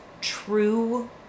true